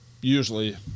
usually